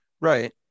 Right